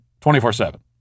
24-7